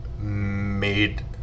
made